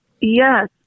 Yes